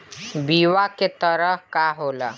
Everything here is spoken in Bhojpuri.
बीया कव तरह क होला?